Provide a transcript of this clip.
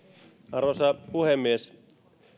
arvoisa puhemies